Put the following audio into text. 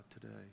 today